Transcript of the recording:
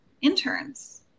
interns